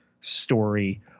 story